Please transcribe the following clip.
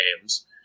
games